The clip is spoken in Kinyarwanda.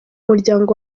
muryango